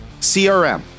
CRM